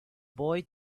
boy